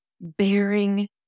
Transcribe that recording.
bearing